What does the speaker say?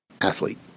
athlete